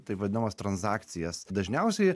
taip vadinamas transakcijas dažniausiai